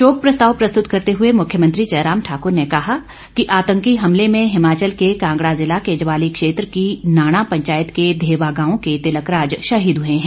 शोक प्रस्ताव प्रस्तुत करते हुए मुख्यमत्री जयराम ठाक्र ने कहा कि आतंकी हमले में हिमाचल के कांगड़ा जिला के ज्वाली क्षेत्र की नाणा पंचायत के धेवा गांव के तिलक राज शहीद हुए हैं